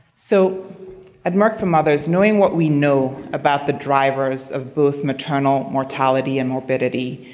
so at merck for mothers, knowing what we know about the drivers of both maternal mortality and morbidity,